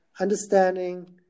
understanding